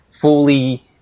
fully